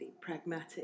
pragmatic